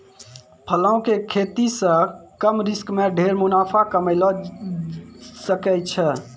फलों के खेती सॅ कम रिस्क मॅ ढेर मुनाफा कमैलो जाय ल सकै छै